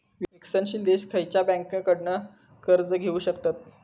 विकसनशील देश खयच्या बँकेंकडना कर्ज घेउ शकतत?